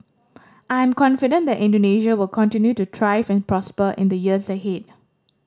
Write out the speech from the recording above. I am confident that Indonesia will continue to thrive and prosper in the years ahead